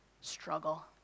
struggle